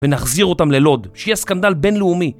ונחזיר אותם ללוד, שיהיה סקנדל בינלאומי